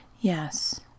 Yes